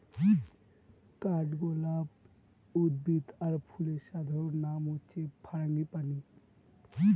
কাঠগলাপ উদ্ভিদ আর ফুলের সাধারণ নাম হচ্ছে ফারাঙ্গিপানি